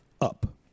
up